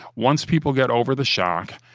once people get over the shock,